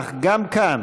אך גם כאן,